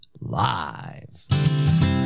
Live